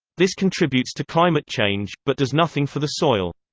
this contributes to climate change, but does nothing for the soil.